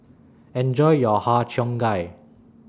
Enjoy your Har Cheong Gai